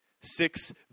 Six